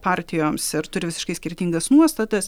partijoms ir turi visiškai skirtingas nuostatas